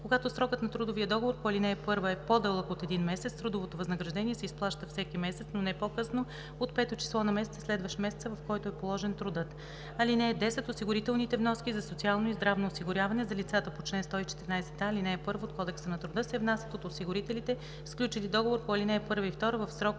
Когато срокът на трудовия договор по ал. 1 е по-дълъг от един месец, трудовото възнаграждение се изплаща всеки месец, но не по-късно от 5-то число на месеца, следващ месеца, в който е положен трудът. (10) Осигурителните вноски за социално и здравно осигуряване за лицата по чл. 114а, ал. 1 от Кодекса на труда се внасят от осигурителите, сключили договор по ал. 1 и 2, в